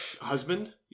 husband